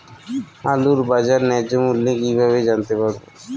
আলুর বাজার ন্যায্য মূল্য কিভাবে জানতে পারবো?